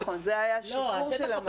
נכון, זה היה שיפור של המצב.